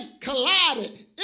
collided